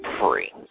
free